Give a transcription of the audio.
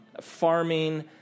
farming